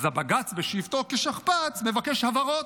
אז הבג"ץ בשבתו כשכפ"ץ מבקש הבהרות.